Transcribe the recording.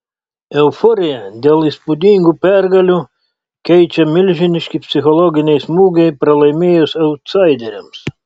euforiją dėl įspūdingų pergalių keičia milžiniški psichologiniai smūgiai pralaimėjus autsaideriams